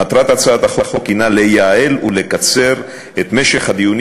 מטרת הצעת החוק הנה לייעל ולקצר את משך הדיונים